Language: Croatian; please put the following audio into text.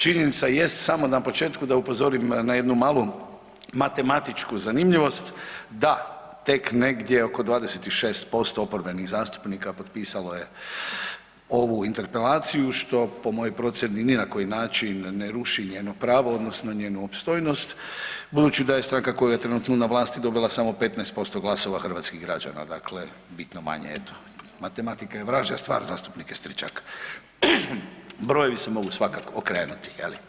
Činjenica jest, samo na početku da upozorim na jednu malu matematičku zanimljivost, da tek negdje oko 26% oporbenih zastupnika potpisalo je ovu interpelaciju, što po mojoj procijeni ni na koji način ne ruši njeno pravo odnosno njenu opstojnost budući da je stranka koja je trenutno na vlasti dobila samo 15% glasova hrvatskih građana, dakle bitno manje eto, matematika je vražja stvar zastupniče Stričak, brojevi se mogu svakak okrenuti je li?